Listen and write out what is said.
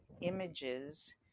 images